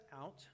out